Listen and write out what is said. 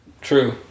True